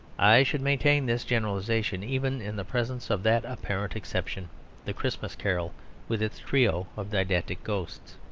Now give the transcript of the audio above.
i should maintain this generalisation even in the presence of that apparent exception the christmas carol with its trio of didactic ghosts.